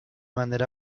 manera